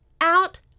out